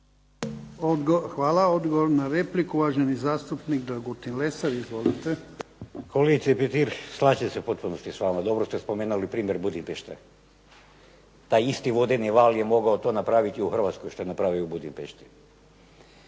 Hvala. Odgovor na repliku, uvaženi zastupnik Dragutin Lesar. Izvolite. **Lesar, Dragutin (Nezavisni)** Kolegice Petir, slažem se u potpunosti s vama. Dobro ste spomenuli primjer Budimpešte. Taj isti vodeni val je mogao to napraviti u Hrvatskoj, što je napravio u Budimpešti.